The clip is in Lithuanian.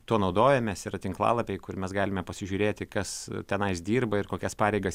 tuo naudojamės yra tinklalapiai kur mes galime pasižiūrėti kas tenais dirba ir kokias pareigas